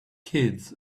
kids